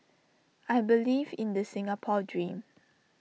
I believe in the Singapore dream